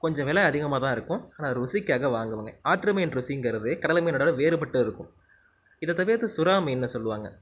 கொஞ்சம் வில அதிகமாக தான் இருக்கும் ஆனால் ருசிக்காக வாங்குவேங்க ஆற்று மீன் ருசிங்கிறது கடல் மீனை விட வேறுபட்டு இருக்கும் இதை தவிர்த்து சுறா மீன்னு சொல்லுவாங்க